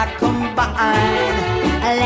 combine